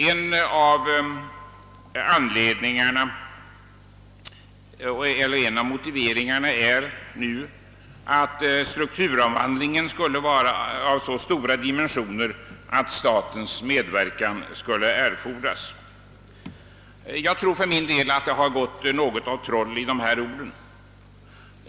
En av motiveringarna är att strukturomvandlingen skulle ha så stora dimensioner att statens medverkan är nödvändig. Jag tror att det har gått troll i orden.